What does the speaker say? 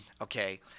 Okay